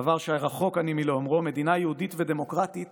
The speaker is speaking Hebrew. דבר שרחוק אני מלאומרו, מדינה יהודית ודמוקרטית